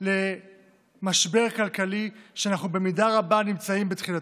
טווח למשבר כלכלי שאנחנו במידה רבה נמצאים בתחילתו.